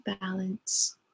Balance